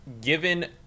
given